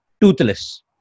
toothless